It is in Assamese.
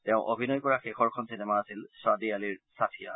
তেওঁ অভিনয় কৰা শেষৰখন চিনেমা আছিল শ্বাদী আলিৰ ছাথিয়া